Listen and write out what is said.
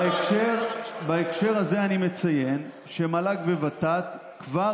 כתוב לך "שווים" בהקשר הזה אני מציין שמל"ג וות"ת כבר